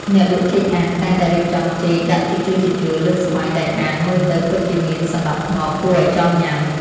អ្នកលក់ចេកអាំងតែងតែរៀបចំចេកដាក់ជាជួរៗលើស្បៃដែកអាំងមើលទៅពិតជាមានសណ្តាប់ធ្នាប់គួរឱ្យចង់ញ៉ាំ។